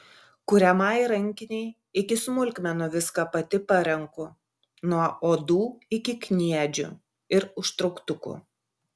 kuriamai rankinei iki smulkmenų viską pati parenku nuo odų iki kniedžių ir užtrauktukų